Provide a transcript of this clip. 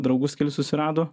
draugus kelis susirado